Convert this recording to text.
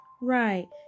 Right